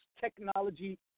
technology